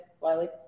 Wiley